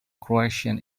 croatian